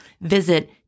Visit